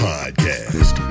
Podcast